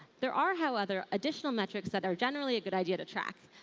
there are, however, additional metrics that are generally a good idea to track.